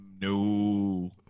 no